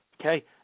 Okay